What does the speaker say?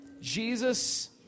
Jesus